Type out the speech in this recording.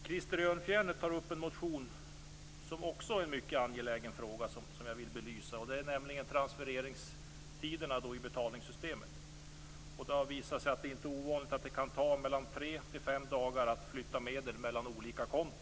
Krister Örnfjäder tar i sin motion upp en annan mycket angelägen fråga, som jag vill belysa, nämligen transfereringstiderna i betalningssystemen. Det har visat sig att det inte är ovanligt att det kan ta mellan tre och fem dagar att flytta medel mellan olika konton.